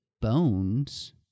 bones